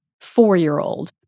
four-year-old